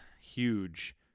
huge